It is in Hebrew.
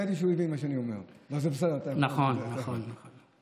ראיתי שהוא הבין מה שאני אומר, נכון, נכון, נכון.